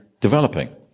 developing